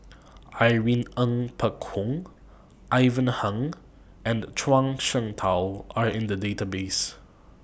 Irene Ng Phek Hoong Ivan Heng and Zhuang Shengtao Are in The Database